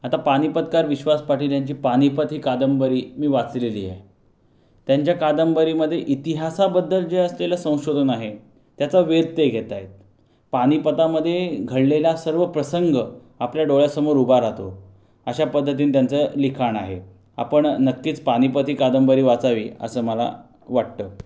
आता पानिपतकार विश्वास पाटील यांची पानिपत ही कादंबरी मी वाचलेली आहे त्यांच्या कादंबरीमध्ये इतिहासाबद्दल जे असलेलं संशोधन आहे त्याचा वेध ते घेत आहेत पानिपतामध्ये घडलेला सर्व प्रसंग आपल्या डोळ्यासमोर उभा राहतो अशा पद्धतीने त्यांचं लिखाण आहे आपण नक्कीच पानिपत ही कादंबरी वाचावी असं मला वाटतं